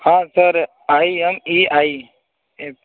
हाँ I am A I F